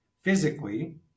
physically